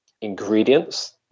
ingredients